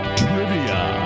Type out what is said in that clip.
trivia